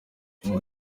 ngo